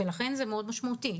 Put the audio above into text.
לכן זה מאוד משמעותי.